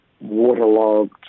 waterlogged